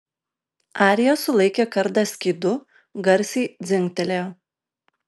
arija sulaikė kardą skydu garsiai dzingtelėjo